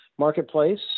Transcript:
marketplace